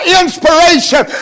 inspiration